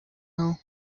know